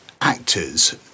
actors